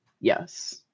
yes